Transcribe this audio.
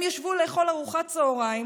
הם ישבו לאכול ארוחת צוהריים,